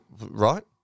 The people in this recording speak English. Right